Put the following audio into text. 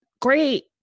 great